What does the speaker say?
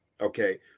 Okay